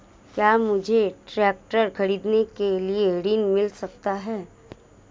क्या मुझे ट्रैक्टर खरीदने के लिए ऋण मिल सकता है?